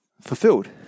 fulfilled